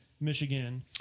Michigan